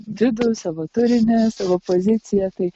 vidų savo turinį savo poziciją tai